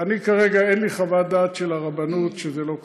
כרגע אין לי חוות דעת של הרבנות שזה לא כשר.